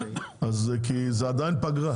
כי זו עדיין פגרה.